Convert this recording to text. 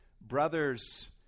brothers